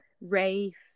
race